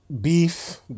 beef